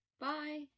bye